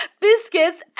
biscuits